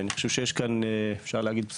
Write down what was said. אני חושב שאפשר להגיד שיש כאן בשורה.